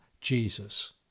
Jesus